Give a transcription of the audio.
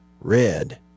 red